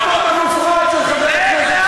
לסדר בפעם השלישית.